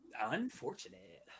unfortunate